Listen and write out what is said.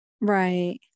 Right